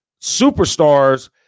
superstars